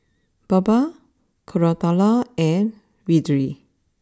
Baba Koratala and Vedre